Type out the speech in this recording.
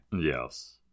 yes